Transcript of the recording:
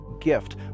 gift